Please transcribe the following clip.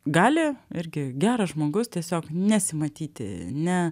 gali irgi geras žmogus tiesiog nesimatyti ne